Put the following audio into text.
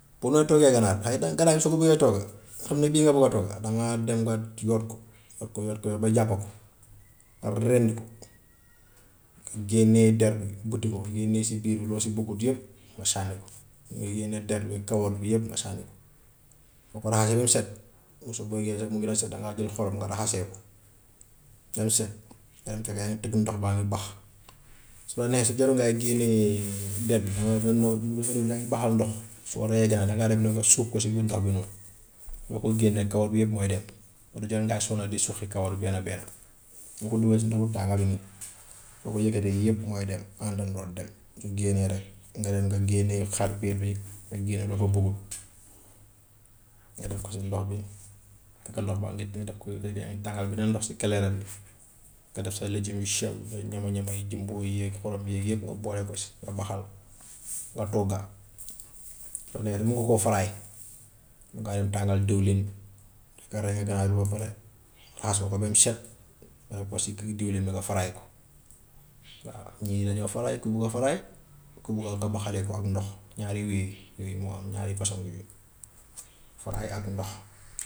Pour nooy toggee ganaar, xay da- ganaar bi soo ko buggee togga, nga xam ne bii nga bugga togga dangaa dem nga yoot ko, yoot ko yoot ko yoot ba jàppa ko, nga rendi ko, nga génnee der bi, butti ko, génnee si biir loo si buggut yëpp nga sànni ko, dangay génnee der bi kawar bi yëpp nga sànni ko. Boo ko raxasee ba mu set yow soo bëggee sax mun nga def si dangaa jël xorom nga raxasee ko ba mu set, nga dem fee beneen teg ndox baa ngi bax, su la neexee si kaw ngay génnee der bi dangay man moom mun nga dem yaa ngi baxal ndox, su ma reyee ganaar danga dem nag nga sóob ko si biir ndox bi noonu, boo ko génne kawar bi yëpp mooy dem, du jar ngay sonna di suqi kawar benn benn, soo ko duggalee si ndox bu tànga bi nii, soo ko yëkkatee yëpp mooy dem àndandoo dem, su génnee rek nga dem nga génne xar biir bi, nga génne loo fo buggut nga def ko si ndox bi, baa ngi ndox yaa yaa ngi tàngal beneen ndox si kaleere bi nga def sa léjum yu sew say ñama-ñama yi jumbo yeeg xorom yeeg yëpp nga boole ko si nga baxal, nga togga. Soo demee ba gugg koo frie mun ngaa dem tàngal diwlin, nga rey ganaar bi ba pare, raxas nga ko ba mu set, nga diwlin bi nga frie ko. Waa ñii dañoo frie ku bugga frie, ku bugga nga baxalee ko ak ndox ñaar yooyee yooyu moo am ñaari fasoŋ yooyu, frie ak ndox.